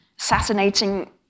assassinating